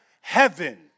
heaven